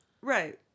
Right